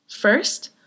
First